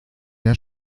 der